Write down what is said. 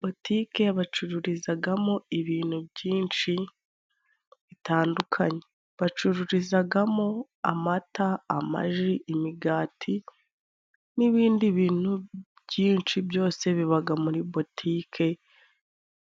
Butike bacururizagamo ibintu byinshi bitandukanye, bacururizagamo amata, amaji, imigati n'ibindi bintu byinshi, byose bibaga muri butike